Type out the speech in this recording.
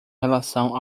relação